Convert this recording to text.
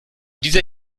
dieser